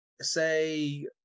say